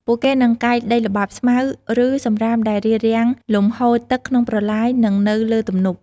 ពួកគេនឹងកាយដីល្បាប់ ស្មៅ ឬសំរាមដែលរារាំងលំហូរទឹកក្នុងប្រឡាយ និងនៅលើទំនប់។